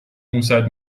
پونصد